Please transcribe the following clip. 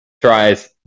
tries